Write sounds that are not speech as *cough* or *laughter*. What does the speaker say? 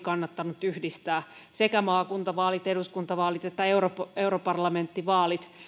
*unintelligible* kannattanut yhdistää sekä maakuntavaalit eduskuntavaalit että europarlamenttivaalit